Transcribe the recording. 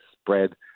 spread